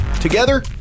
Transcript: Together